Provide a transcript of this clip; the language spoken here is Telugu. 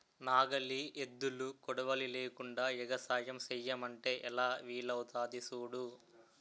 నాగలి, ఎద్దులు, కొడవలి లేకుండ ఎగసాయం సెయ్యమంటే ఎలా వీలవుతాది సూడు